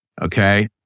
Okay